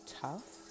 tough